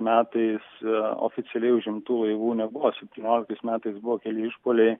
metais oficialiai užimtų laivų nebuvo septynioliktais metais buvo keli išpuoliai